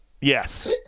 Yes